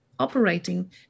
operating